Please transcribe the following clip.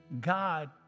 God